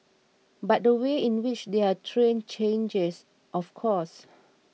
but the way in which they're trained changes of course